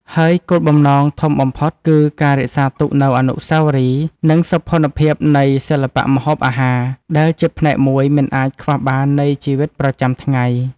ហើយគោលបំណងធំបំផុតគឺការរក្សាទុកនូវអនុស្សាវរីយ៍ និងសោភ័ណភាពនៃសិល្បៈម្ហូបអាហារដែលជាផ្នែកមួយមិនអាចខ្វះបាននៃជីវិតប្រចាំថ្ងៃ។